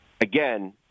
again